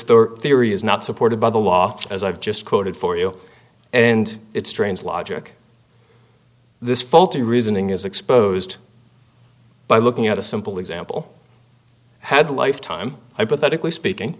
theory is not supported by the law as i've just quoted for you and its strange logic this faulty reasoning is exposed by looking at a simple example had life time i pathetically speaking